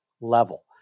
level